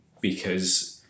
because-